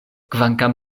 kvankam